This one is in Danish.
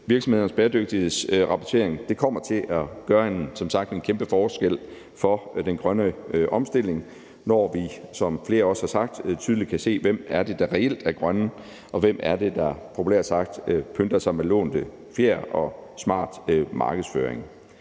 virksomhedernes bæredygtighedsrapportering som sagt kommer til at gøre en kæmpe forskel for den grønne omstilling, når vi, som flere også har sagt, tydeligt kan se, hvem det er, der reelt er grønne, og hvem det er, der populært sagt pynter sig med lånte fjer og smart markedsføring.